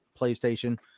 playstation